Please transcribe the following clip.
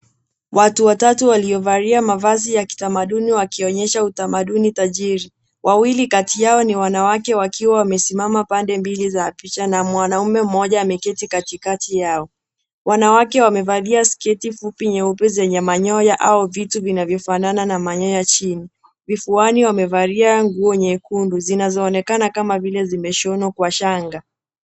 Watu watatu waliovalia mavazi ya kitamaduni wakionyesha utamaduni tajiri. Wawili kati yao ni wanawake wakiwa wamesimama pande mbili za picha na mwanaume mmoja ameketi katikati yao. Wanawake wamevalia sketi fupi nyeupe zenye manyoya au vitu vinavyofanana na manyoya chini. Vifuani wamevalia nguo nyekundu zinazoonekana kama vile zimeshonwa Kwa shanga.